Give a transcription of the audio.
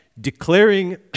declaring